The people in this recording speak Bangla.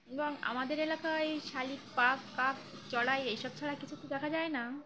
এবং আমাদের এলাকায় শালিক পাক কাক চড়াই এইসব ছাড়া কিছু তো দেখা যায় না